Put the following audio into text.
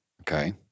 Okay